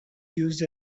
used